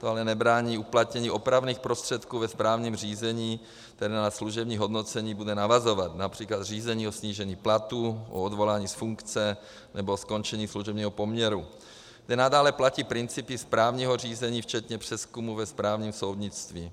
To ale nebrání uplatnění opravných prostředků ve správním řízení, které na služební hodnocení bude navazovat, například řízení o snížení platu, o odvolání z funkce nebo o skončení služebního poměru, kde nadále platí principy správního řízení včetně přezkumu ve správním soudnictví.